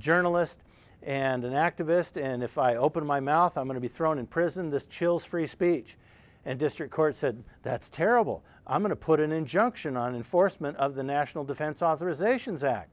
journalist and an activist and if i open my mouth i'm going to be thrown in prison this chill's free speech and district court said that's terrible i'm going to put an injunction on enforcement of the national defense authorization zack